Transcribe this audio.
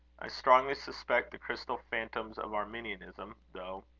i strongly suspect the crystal phantoms of arminianism, though.